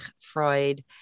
Freud